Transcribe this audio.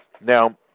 Now